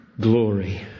glory